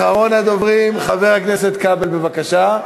אחרון הדוברים, חבר הכנסת כבל, בבקשה.